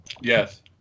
Yes